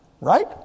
Right